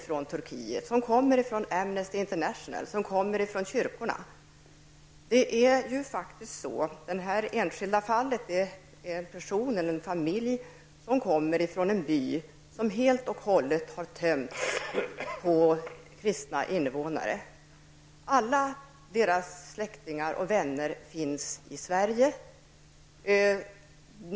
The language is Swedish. Sådana rapporter kommer från Turkiet, och de kommer från Amnesty Det enskilda fall som jag tar upp i min fråga rör en familj som kommer från en by som helt och hållet har tömts på kristna invånare. Alla deras släktingar och vänner finns i Sverige.